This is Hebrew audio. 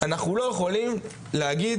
אנחנו לא יכולים להגיד